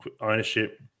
ownership